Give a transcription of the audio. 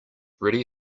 ready